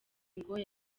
ngo